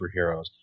superheroes